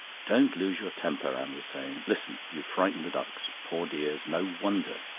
don't lose your temper, anne was saying. listen! you've frightened the ducks. poor dears! no wonder.